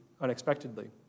unexpectedly